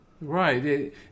Right